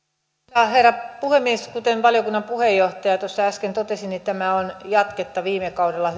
arvoisa herra puhemies kuten valiokunnan puheenjohtaja tuossa äsken totesi tämä on jatketta viime kaudella